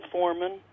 Foreman